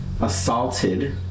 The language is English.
assaulted